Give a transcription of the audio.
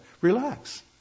relax